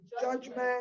judgment